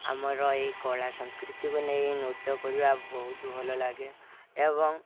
ଆମର ଏଇ କଳା ସଂସ୍କୃତିକୁ ନେଇ ନୃତ୍ୟ କରିବା ବହୁତ ଭଲ ଲାଗେ ଏବଂ